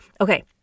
Okay